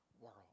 world